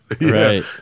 Right